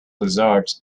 lizards